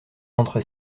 entre